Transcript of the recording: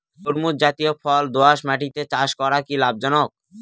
তরমুজ জাতিয় ফল দোঁয়াশ মাটিতে চাষ করা কি লাভজনক?